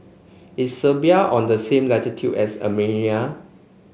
is Serbia on the same latitude as Armenia